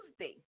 Tuesday